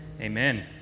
Amen